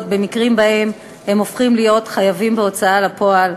במקרים שבהם הופכים להיות חייבים בהוצאה לפועל: